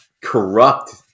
corrupt